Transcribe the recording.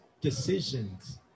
decisions